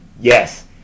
yes